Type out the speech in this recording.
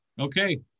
Okay